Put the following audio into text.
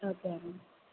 okay అండి